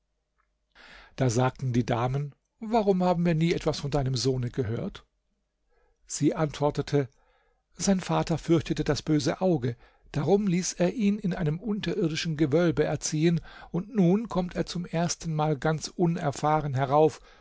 da sagten die damen warum haben wir nie etwas von deinem sohn gehört sie antwortete sein vater fürchtete das böse auge darum ließ er ihn in einem unterirdischen gewölbe erziehen und nun kommt er zum ersten mal ganz unerfahren herauf